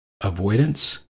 Avoidance